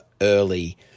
early